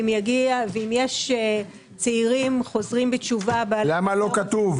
אם יש צעירים חוזרים בתשובה --- למה לא כתוב?